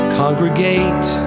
congregate